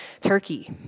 Turkey